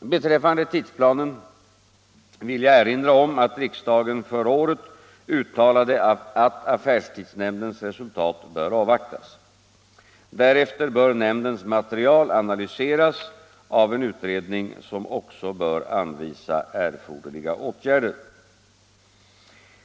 Beträffande tidsplanen vill jag erinra om att riksdagen förra året uttalade att affärstidsnämndens resultat bör avvaktas. Därefter bör nämndens material analyseras av en utredning som också bör anvisa erforderliga åtgärder.